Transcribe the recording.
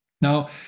Now